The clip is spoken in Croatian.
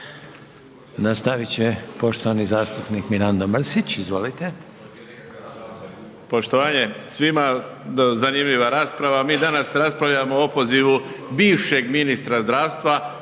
Nastavit će poštovani zastupnik Mirando Mrsić. Izvolite. **Mrsić, Mirando (Demokrati)** Poštovanje svima, zanimljiva rasprava, mi danas raspravljamo o opozivu bivšeg ministra zdravstva.